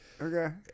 Okay